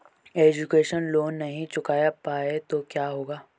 Education loan नहीं चुका पाए तो क्या होगा?